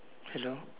hello